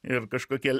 ir kažkokie